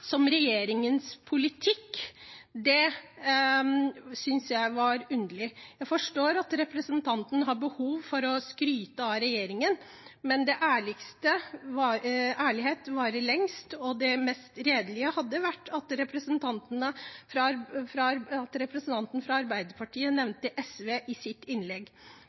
som regjeringens politikk, synes jeg var underlig. Jeg forstår at representanten har behov for å skryte av regjeringen, men ærlighet varer lengst, og det mest redelige hadde vært at representanten fra Arbeiderpartiet nevnte SV i sitt innlegg.